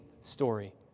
story